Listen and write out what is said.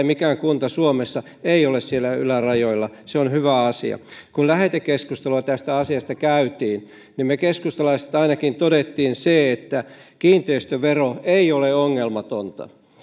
mikään kunta suomessa ei ole siellä ylärajoilla ja se on hyvä asia kun lähetekeskustelua tästä asiasta käytiin niin me keskustalaiset ainakin totesimme sen että kiinteistövero ei ole ongelmaton